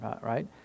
right